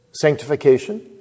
sanctification